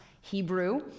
Hebrew